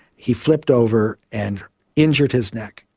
he flipped over and injured his neck.